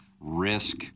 Risk